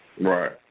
Right